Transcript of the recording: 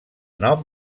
nom